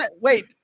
Wait